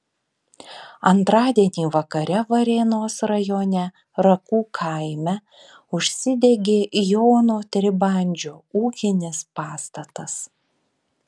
antradienį vakare varėnos rajone rakų kaime užsidegė jono tribandžio ūkinis pastatas